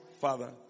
Father